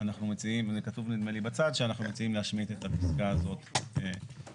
אנחנו מציעים להשמיט את הפסקה הזו מהנוסח.